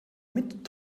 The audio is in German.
mit